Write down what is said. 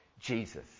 Jesus